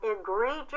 egregious